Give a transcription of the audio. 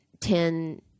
Ten